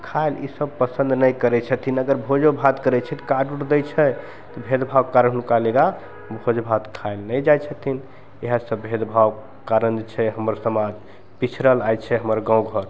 खाय लए ई सब पसन्द नहि करय छथिन अगर भोजो भात करय छै तऽ कार्ड उर्ड दै छै तऽ भेदभाव भोज भात खाइ लए नहि जाइ छथिन इएह सब भेदभाव कारण जे छै हमर समाज पिछड़ल आइ छै हमर गाँव घर